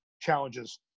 challenges